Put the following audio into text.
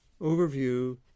overview